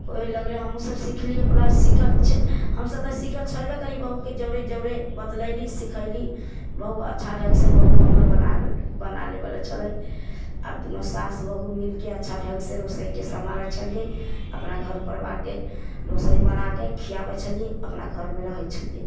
ओहि लगले हमहूँ सब सिखली अपना हमसब तऽ सिखल छेबे करिए बहूके जऽरे जऽरे बतलैली सिखैली बहू अच्छा ढङ्गसँ बहू हमर बना लेबे लऽ छलै आब दुनू सास बहू मिलिकऽ अच्छा ढङ्गसँ रसोइके सम्हारै छलिए अपना घर परिवारके रसोइ बनाके खुआबै छलिए अपना घरमे रहै छलिए